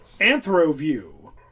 Anthroview